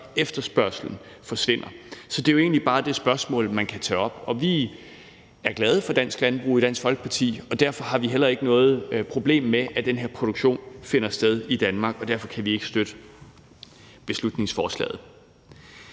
efterspørgslen forsvinder. Så det er jo egentlig bare det spørgsmål, man kan tage op, og vi er glade for dansk landbrug i Dansk Folkeparti. Derfor har vi heller ikke noget problem med, at den her produktion finder sted i Danmark, og derfor kan vi ikke støtte beslutningsforslaget.